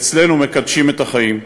אצלנו מקדשים את החיים.